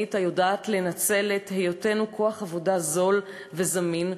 ודורסנית היודעת לנצל את היותנו כוח עבודה זול וזמין,